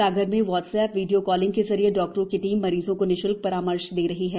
सागर में WhatsApp video calling के जरिए डॉक्टरों की टीम मरीजों को निश्ल्क परामर्श दे रही है